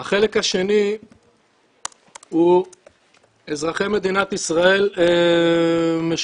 החלק השני הוא אזרחי מדינת ישראל משלמים